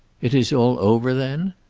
it is all over, then?